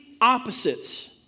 opposites